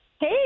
Hey